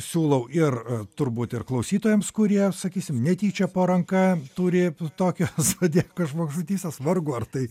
siūlau ir turbūt ir klausytojams kurie sakysim netyčia po ranka turi tokią zodiako žmogžudystes vargu ar tai